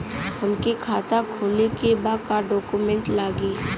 हमके खाता खोले के बा का डॉक्यूमेंट लगी?